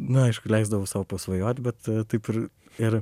nu aišku leisdavau sau pasvajot bet taip ir ir